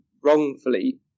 wrongfully